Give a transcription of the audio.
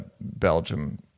Belgium